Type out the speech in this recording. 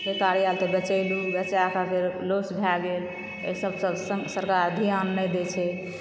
फेर तारी आएल तऽ बेचलहुॅं बेचा कऽ फेर लॉस भए गेल एहिसब पर सरकार ध्यान नहि दै छै